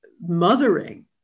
mothering